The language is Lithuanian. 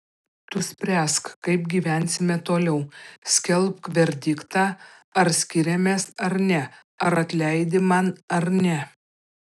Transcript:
tu spręsk kaip gyvensime toliau skelbk verdiktą ar skiriamės ar ne ar atleidi man ar ne